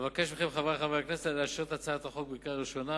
אבקש מחברי חברי הכנסת לאשר את הצעת החוק בקריאה ראשונה